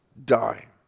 Die